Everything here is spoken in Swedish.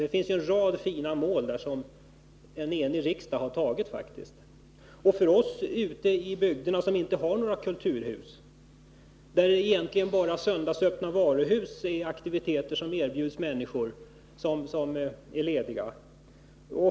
Det finns en rad fina mål därvidlag som en enig riksdag har fastställt. Ute i kommunerna, där man inte har några kulturhus, är besök på söndagsöppna varuhus egentligen de enda aktiviteter som erbjuds människor som är lediga.